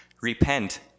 repent